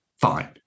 fine